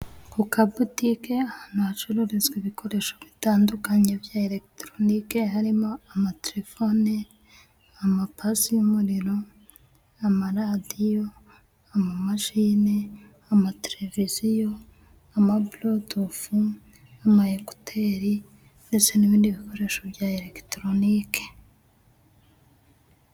Ku kabutike hacururizwa ibikoresho bitandukanye bya elegitoronike harimo: amatelefoni, amapasi y'umuriro, amaradiyo, amamashini, amateleviziyo, amaburutufu, amayekuteri ndetse n'ibindi bikoresho bya elegitoronike.